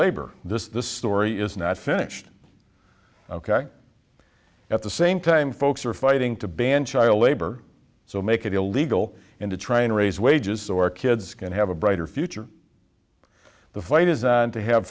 labor this this story is not finished ok at the same time folks are fighting to ban child labor so make it illegal and to try and raise wages or kids can have a brighter future the fight is than to have